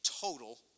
total